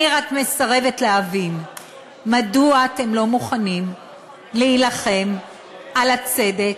אני רק מסרבת להבין מדוע אתם לא מוכנים להילחם על הצדק,